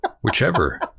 Whichever